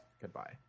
goodbye